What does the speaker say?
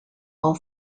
all